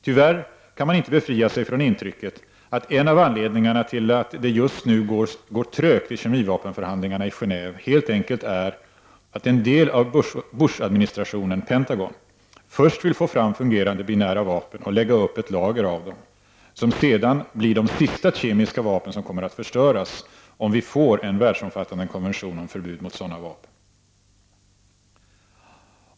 Tyvärr kan man inte befria sig från intrycket att en av anledningarna till att det just nu går trögt i kemivapenförhandlingarna i Gené&ve helt enkelt är att en del av Bushadministrationen — Pentagon — först vill få fram fungerande binära vapen och lägga upp ett lager av dem, som sedan blir de sista kemiska vapen som kommer att förstöras, om vi får en världsomfattande konvention om förbud mot sådana vapen.